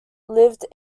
lived